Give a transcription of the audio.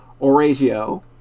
Orazio